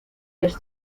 les